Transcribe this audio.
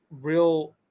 Real